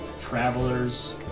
travelers